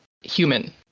human